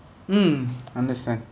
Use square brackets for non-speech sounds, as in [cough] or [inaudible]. mm [noise] understand